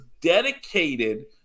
dedicated